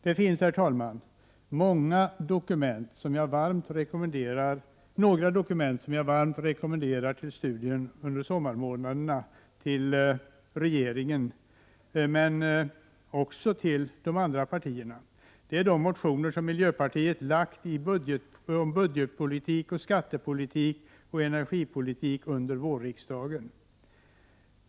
Det finns, herr talman, några dokument som jag varmt rekommenderar regeringspartiet och även de andra partierna till studium under sommarmånaderna. Det är de motioner som miljöpartiet har lagt fram under vårriksdagen om budgetpolitik, skattepolitik och energipolitik.